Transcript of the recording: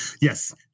Yes